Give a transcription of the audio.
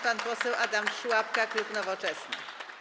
Pan poseł Adam Szłapka, klub Nowoczesna.